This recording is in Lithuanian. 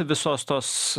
visos tos